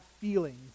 feelings